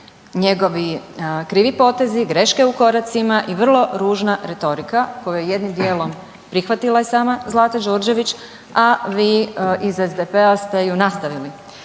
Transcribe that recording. njegovi krivi potezi, greške u koracima i vrlo ružna retorika koju je jednim dijelom prihvatila i sama Zlata Đurđević, a vi iz SDP-a ste ju nastavili.